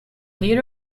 little